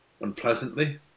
unpleasantly